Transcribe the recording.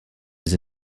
sie